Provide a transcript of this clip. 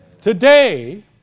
Today